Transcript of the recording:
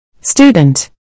Student